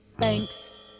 thanks